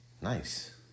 Nice